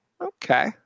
okay